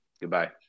Goodbye